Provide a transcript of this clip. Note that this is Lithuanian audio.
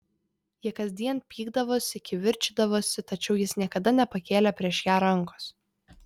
jie kasdien pykdavosi kivirčydavosi tačiau jis niekada nepakėlė prieš ją rankos